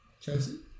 Chelsea